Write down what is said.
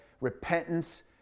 repentance